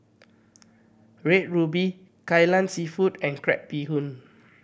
Red Ruby Kai Lan Seafood and crab bee hoon